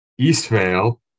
eastvale